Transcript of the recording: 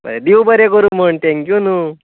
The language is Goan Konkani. देव बरें करू म्हण थेंक्यू न्हू